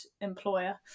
employer